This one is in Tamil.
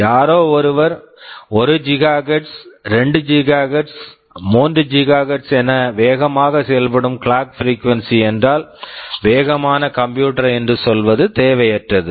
யாரோ ஒருவர் 1 gigahertz 1 GHz 2 gigahertz 2 GHz 3 gigahertz 3 GHz என வேகமாக செயல்படும் கிளாக் பிரீகுவன்சி Clock frequency என்றால் வேகமான கம்ப்யூட்டர் computer என்று சொல்வது தேவையற்றது